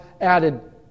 added